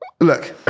Look